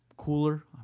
cooler